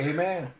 Amen